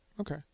Okay